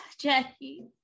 Jackie